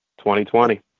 2020